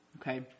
Okay